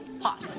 hot